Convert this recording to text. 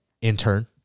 intern